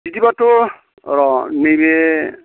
बिदिबाथ' र' नैबे